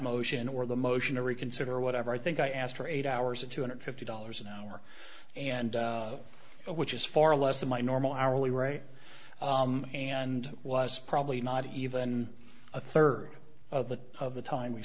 motion or the motion to reconsider whatever i think i asked for eight hours at two hundred fifty dollars an hour and which is far less than my normal hourly right and was probably not even a third of the of the time we